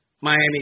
Miami